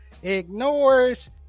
Ignores